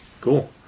cool